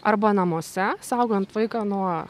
arba namuose saugant vaiką nuo